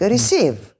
Receive